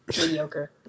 mediocre